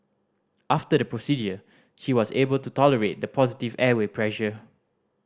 after the procedure she was able to tolerate the positive airway pressure